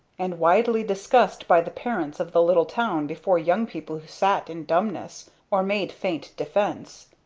and widely discussed by the parents of the little town before young people who sat in dumbness, or made faint defense.